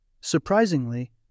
Surprisingly